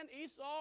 Esau